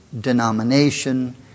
denomination